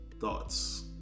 Thoughts